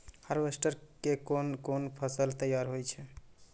Harvester के कोन कोन फसल तैयार होय छै?